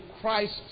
Christ